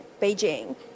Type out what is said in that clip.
Beijing